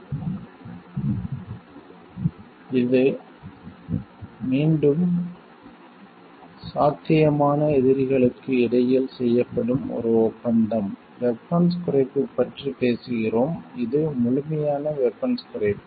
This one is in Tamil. எனவே இது மீண்டும் சாத்தியமான எதிரிகளுக்கு இடையில் செய்யப்படும் ஒரு ஒப்பந்தம் வெபன்ஸ் குறைப்பு பற்றி பேசுகிறோம் இது முழுமையான வெபன்ஸ் குறைப்பு